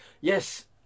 Yes